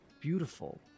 beautiful